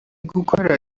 gukora